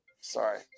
sorry